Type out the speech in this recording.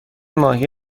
ماهی